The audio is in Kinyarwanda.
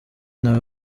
nawe